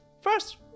first